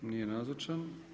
Nije nazočan.